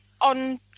on